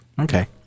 Okay